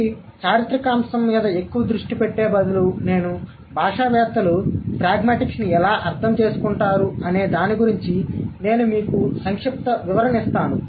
కాబట్టి చారిత్రిక అంశం మీద ఎక్కువ దృష్టి పెట్టే బదులు నేనుభాషావేత్తలు ప్రాగ్మాటిక్స్ని ఎలా అర్థం చేసుకుంటారు అనే దాని గురించి నేను మీకు సంక్షిప్త వివరణ ఇస్తాను